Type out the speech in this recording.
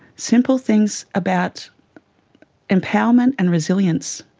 simple things about empowering and resilience,